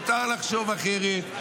מותר לחשוב אחרת,